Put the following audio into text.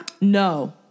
No